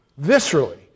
viscerally